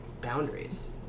boundaries